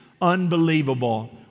Unbelievable